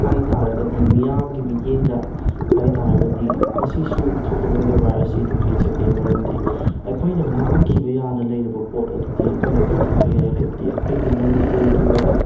ꯍꯥꯏꯇꯥꯔꯒꯗꯤ ꯃꯤꯌꯥꯝꯒꯤ ꯃꯤꯠꯌꯦꯡꯗ ꯍꯥꯏꯇꯥꯔꯒꯗꯤ ꯃꯁꯤꯁꯨ ꯊꯧꯒꯜꯂꯣꯟ ꯕꯦꯕꯔ ꯑꯁꯤ ꯑꯗꯨꯝ ꯍꯥꯏꯖꯒꯦ ꯃꯔꯝꯗꯤ ꯑꯩꯈꯣꯏꯅ ꯃꯥꯡꯈꯤꯕ ꯌꯥꯅ ꯂꯩꯔꯕ ꯄꯣꯠ ꯑꯗꯨꯗꯤ ꯑꯩꯈꯣꯏꯅ ꯀꯟꯈꯠꯄ ꯌꯥꯏ ꯍꯥꯏꯕꯗꯤ ꯑꯩꯈꯣꯏ ꯃꯅꯤꯄꯨꯔꯒꯤ ꯑꯣꯏꯕ